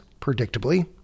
predictably